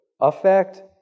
affect